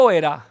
era